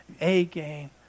A-game